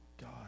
God